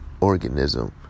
organism